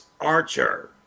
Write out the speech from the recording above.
Archer